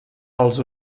els